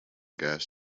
gas